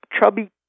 chubby